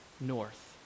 north